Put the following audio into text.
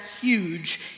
huge